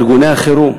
ארגוני החירום,